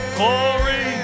glory